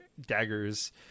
daggers